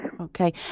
Okay